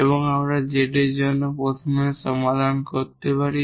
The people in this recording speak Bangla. এবং আমরা z এর জন্য প্রথমে সমাধান করতে পারি